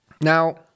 Now